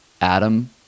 Adam